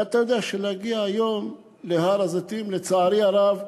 ואתה יודע שלהגיע היום להר-הזיתים, לצערי הרב,